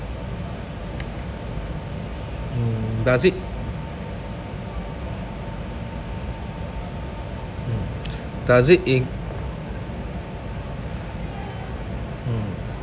mm does it mm does it in~ mm